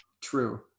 true